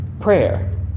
prayer